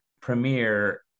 premiere